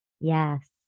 Yes